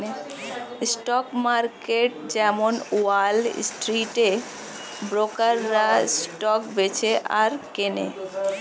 stock market যেমন ওয়াল স্ট্রিটে ব্রোকাররা স্টক বেচে আর কেনে